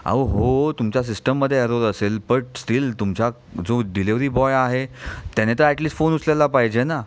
अहो हो तुमच्या सिस्टममध्ये एरर असेल बट स्टिल तुमच्या जो डिलेव्हरी बॉय आहे त्याने तर ॲट लीस्ट फोन उचलायला पाहिजे ना